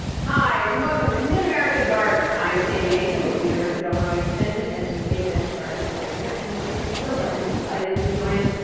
hi. and welcome to mid-american gardener. i am sandy mason with the university of illinois extension as state master gardener coordinator. and i am so glad you have decided to join us.